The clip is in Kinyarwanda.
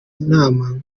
inama